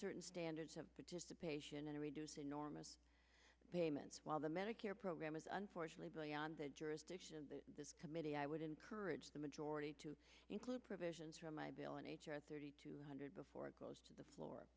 and standards of participation and reduce enormous payments while the medicare program is unfortunately biljana the jurisdiction of this committee i would encourage the majority to include provisions for my bill in h r thirty two hundred before it goes to the floor